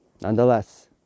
nonetheless